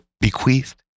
bequeathed